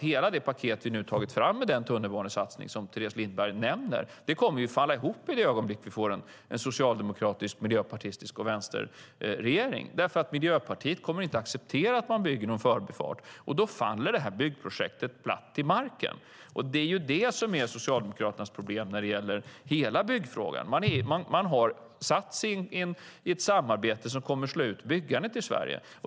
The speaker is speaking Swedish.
Hela det paket som vi nu har tagit fram, med den tunnelbanesatsning som Teres Lindberg nämner, kommer att falla ihop i det ögonblick som vi får en socialdemokratisk, miljöpartistisk och vänsterpartistisk regering, eftersom Miljöpartiet inte kommer att acceptera att man bygger någon förbifart, och då faller byggprojektet platt till marken. Det är Socialdemokraternas problem när det gäller hela byggfrågan. Man har satt sig i ett samarbete som kommer att slå ut byggandet i Sverige.